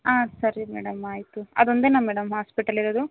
ಹಾಂ ಸರಿ ಮೇಡಮ್ ಆಯಿತು ಅದು ಒಂದೆನಾ ಮೇಡಮ್ ಹಾಸ್ಪೆಟಲ್ ಇರೋದು